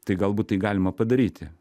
tai galbūt tai galima padaryti